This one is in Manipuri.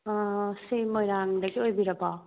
ꯁꯤ ꯃꯣꯏꯔꯥꯡꯗꯒꯤ ꯑꯣꯏꯕꯤꯔꯕꯣ